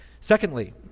Secondly